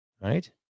right